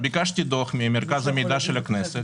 ביקשתי דוח ממרכז המידע של הכנסת.